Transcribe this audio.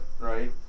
right